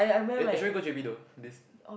eh should we go j_b though this